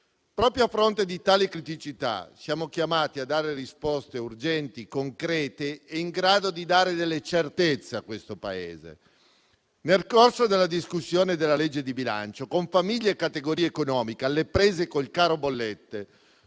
Proprio a fronte di tali criticità, siamo chiamati a dare risposte urgenti e concrete, in grado di dare delle certezze al Paese. Nel corso della discussione della legge di bilancio, con famiglie e categorie economiche alle prese con il caro bollette,